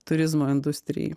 turizmo industrijai